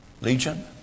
Legion